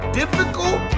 difficult